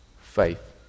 Faith